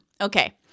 Okay